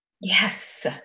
Yes